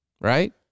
right